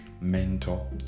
mentor